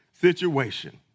situation